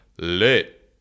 lit